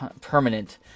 Permanent